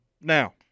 Now